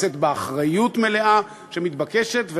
לשאת באחריות המלאה שמתבקשת.